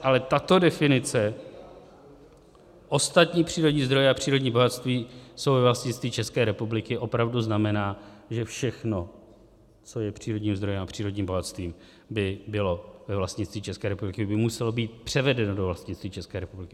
Ale tato definice ostatní přírodní zdroje a přírodní bohatství jsou ve vlastnictví České republiky opravdu znamená, že všechno, co je přírodním zdrojem a přírodním bohatstvím, by bylo ve vlastnictví České republiky, by muselo být převedeno do vlastnictví České republiky.